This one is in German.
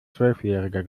zwölfjähriger